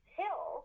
hill